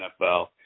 NFL